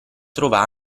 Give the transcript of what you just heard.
trova